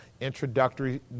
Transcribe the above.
introductory